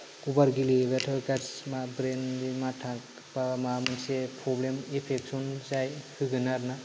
अभार गेलेयाबाथाय गासैबो ब्रेन माथा बा माबा मोनसे प्रब्लेम एफेकसन जाय होगोन आरो ना